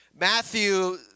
Matthew